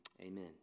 Amen